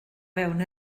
fewn